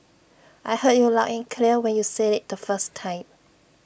I heard you loud in clear when you said IT the first time